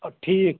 ٲں ٹھیٖک